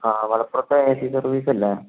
ആ വളപ്പുറത്തെ A C service അല്ലേ